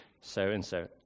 so-and-so